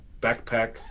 backpack